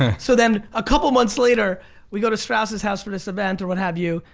and so then, a couple months later we go to strauss's house for this event or what have you,